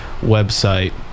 website